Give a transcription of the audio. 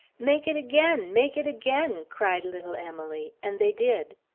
make it again make it again! cried little emily, and they did.